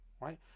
right